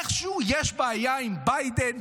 איכשהו יש בעיה עם ביידן,